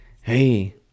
hey